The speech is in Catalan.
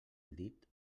dit